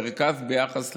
המרכז ביחס לגליל.